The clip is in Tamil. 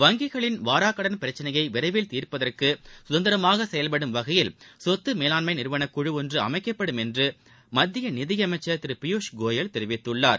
வங்கிகளின் வாராக் கடன் குறித்த பிரச்சனையை விரைவில் தீர்ப்பதற்கு சுதந்திரமாக செயல்படும் வகையில் சொத்து மேலாண்மை நிறுவனக் குழு ஒன்று அமைக்கட்படும் என்று மத்திய நிதியளமச்சர் திரு பியூஷ் கோயல் தெரிவித்துள்ாளர்